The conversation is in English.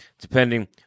depending